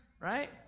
right